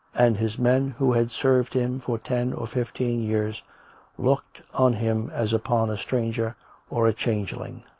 and his men who had served him for ten or fifteen years looked on him as upon a stranger or a changeling.